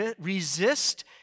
resist